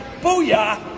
Booyah